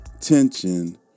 tension